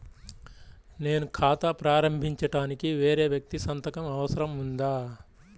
నేను ఖాతా ప్రారంభించటానికి వేరే వ్యక్తి సంతకం అవసరం ఉందా?